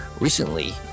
Recently